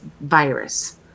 virus